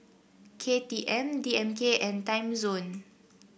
K T M D M K and Timezone